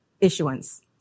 issuance